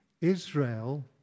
Israel